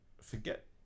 Forget